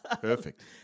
Perfect